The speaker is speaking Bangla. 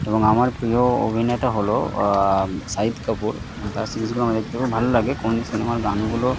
এবং আমার প্রিয় অভিনেতা হলো শাহিদ কাপুর এবং তার সিরিজগুলো দেখতে খুব ভালো লাগে কোন সিনেমার গানগুলো